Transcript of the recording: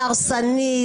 ההרסנית,